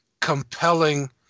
compelling